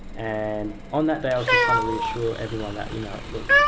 and on that day i was just trying to reassure everyone that, you know look,